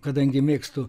kadangi mėgstu